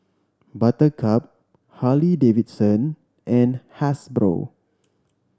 Buttercup Harley Davidson and Hasbro